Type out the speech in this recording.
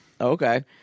Okay